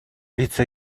лицо